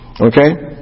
Okay